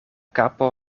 kapo